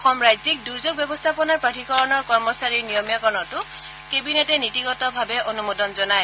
অসম ৰাজ্যিক দুৰ্যোগ ব্যৱস্থাপনা প্ৰাধিকৰণৰ কৰ্মচাৰীৰ নিয়মীয়াকৰণতো কেবিনেটে নীতিগতভাৱে অনুমোদন জনায়